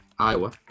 Iowa